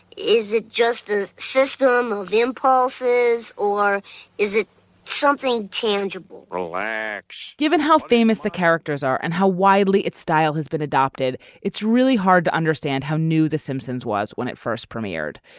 is it just a system of impulses or is it something tangible relax. given how famous the characters are and how widely its style has been adopted it's really hard to understand how new the simpsons was when it first premiered.